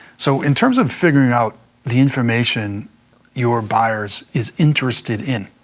so in terms of figuring out the information your buyers is interested in,